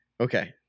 Okay